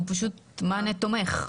מה זה תומך?